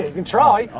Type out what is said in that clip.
ah can try,